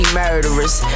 murderers